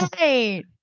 right